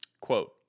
Quote